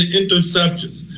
interceptions